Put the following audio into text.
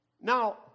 Now